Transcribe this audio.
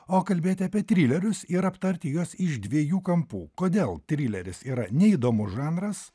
o kalbėti apie trilerius ir aptarti juos iš dviejų kampų kodėl trileris yra neįdomus žanras